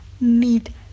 need